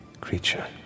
creature